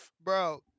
Bro